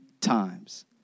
times